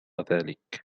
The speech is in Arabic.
ذلك